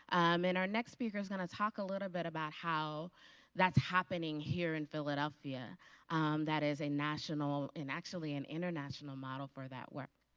um and our next speaker's going to talk about a little bit about how that's happening here in philadelphia that is, a national and actually an international model for that work.